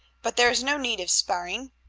but there is no need of sparring.